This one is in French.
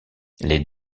les